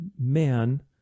man